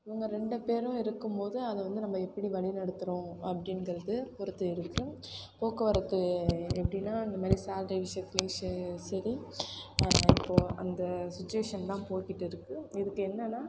இவங்க ரெண்டு பேரும் இருக்கும்போது அதை வந்து நம்ம எப்படி வழி நடத்துகிறோம் அப்படிங்கிறது ஒரு தேர்வு இருக்குது போக்குவரத்து எப்படின்னா இந்த மாதிரி சேலரி விஷயத்துலையும் சரி இப்போது அந்த சுச்சுவேஷன் தான் போய்க்கிட்டு இருக்கு இதுக்கு என்னென்னா